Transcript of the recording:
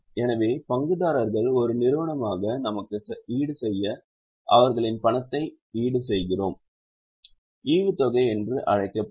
எனவே பங்குதாரர்கள் ஒரு நிறுவனமாக நமக்கு ஈடுசெய்ய அவர்களின் பணத்தை கொடுக்கிறார்கள் இவை ஈவுத்தொகை என்று அழைக்கப்படும்